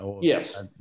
Yes